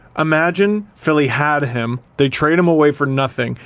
imagine, philly had him, they trade him away for nothing,